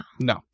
no